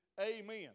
amen